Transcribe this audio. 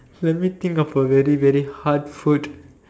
let me think of a very very hard food